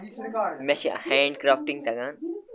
مےٚ چھِ hand crafting تگان